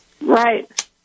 Right